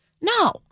No